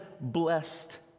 blessed